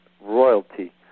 royalty